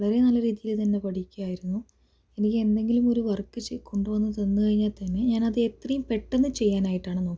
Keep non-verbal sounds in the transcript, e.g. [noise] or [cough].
വളരെ നല്ല രീതിയിൽ തന്നെ പഠിക്കുമായിരുന്നു എനിക്ക് എന്തെങ്കിലും ഒരു [unintelligible] കൊണ്ടു വന്ന് തന്നു കഴിഞ്ഞാൽ തന്നെ ഞാൻ അത് എത്രയും പെട്ടന്ന് ചെയ്യാനായിട്ടാണ് നോക്കുക